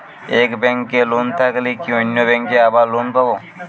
এক ব্যাঙ্কে লোন থাকলে কি অন্য ব্যাঙ্কে আবার লোন পাব?